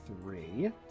three